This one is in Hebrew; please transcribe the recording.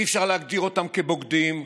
אי-אפשר להגדיר אותם כבוגדים,